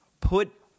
put